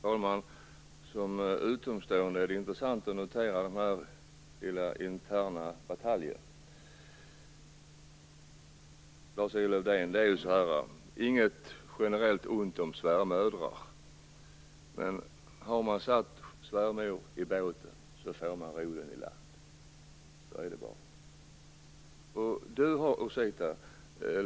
Fru talman! Som utomstående är det intressant att notera den här lilla interna bataljen. Lars-Erik Lövdén! Inget generellt ont om svärmödrar, men har man satt svärmor i båten får man ro den i land. Så är det bara.